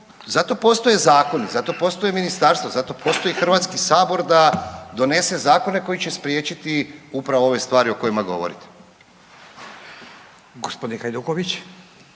zato postoje zakoni, zato postoje ministarstva, zato postoji HS da donese zakone koji će spriječiti upravo ove stvari o kojima govorite. **Radin, Furio